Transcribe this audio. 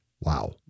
wow